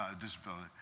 disability